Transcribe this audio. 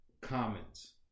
comments